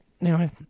Now